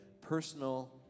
personal